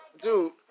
dude